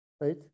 right